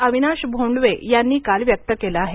अविनाश भोंडवे यांनी काल व्यक्त केलं आहे